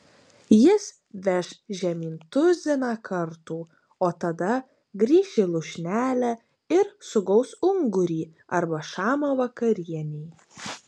jis veš žemyn tuziną kartų o tada grįš į lūšnelę ir sugaus ungurį arba šamą vakarienei